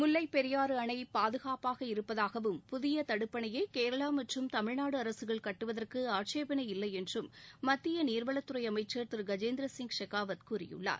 முல்லைப்பெரியாறு அணை பாதுகாப்பாக இருப்பதாகவும் புதிய தடுப்பணையை கேரளா மற்றும் தமிழ்நாடு அரசுகள் கட்டுவதற்கு ஆட்சேபனை இல்லை என்றும் மத்திய நீர்வளத்துறை அமைச்சர் திரு கஜேந்திரசிங் ஷெகாவத் கூறியுள்ளார்